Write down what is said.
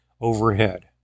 overhead